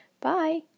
Bye